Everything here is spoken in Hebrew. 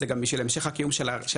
זה גם בשביל המשך הקיום שלכם,